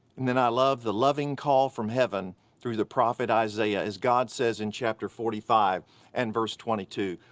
and then i love the loving call from heaven through the prophet isaiah as god says in chapter forty five in and verse twenty two,